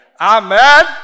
Amen